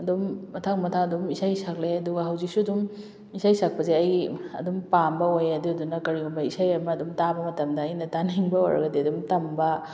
ꯑꯗꯨꯝ ꯃꯊꯪ ꯃꯊꯪ ꯑꯗꯨꯝ ꯏꯁꯩ ꯁꯛꯂꯛꯑꯦ ꯑꯗꯨꯒ ꯍꯧꯖꯤꯛꯁꯨ ꯑꯗꯨꯝ ꯏꯁꯩ ꯁꯛꯄꯁꯦ ꯑꯩꯒꯤ ꯑꯗꯨꯝ ꯄꯥꯝꯕ ꯑꯣꯏꯌꯦ ꯑꯗꯨꯗꯨꯅ ꯀꯔꯤꯒꯨꯝꯕ ꯏꯁꯩ ꯑꯃ ꯑꯗꯨꯝ ꯇꯥꯕ ꯃꯇꯝꯗ ꯑꯩꯅ ꯇꯥꯅꯤꯡꯕ ꯑꯣꯏꯔꯒꯗꯤ ꯑꯗꯨꯝ ꯇꯝꯕ